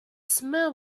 smell